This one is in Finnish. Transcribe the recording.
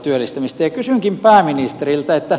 kysynkin pääministeriltä